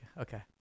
okay